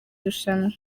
rushanwa